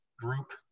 group